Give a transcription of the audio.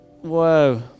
Whoa